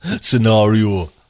scenario